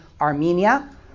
Armenia